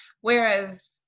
Whereas